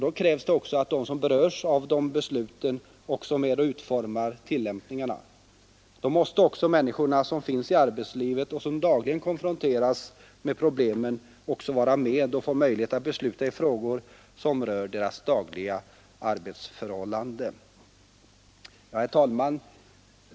Då krävs det att de som berörs av besluten också är med och utformar tillämpningarna. Då måste de människor som finns i arbetslivet och som dagligen konfronteras med problemen också få möjlighet att vara med och besluta i frågor som rör deras dagliga arbetsförhållanden. Herr talman!